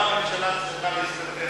למה הממשלה צריכה להסתתר